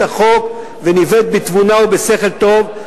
את החוק וניווט בתבונה ובשכל טוב,